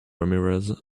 ramirez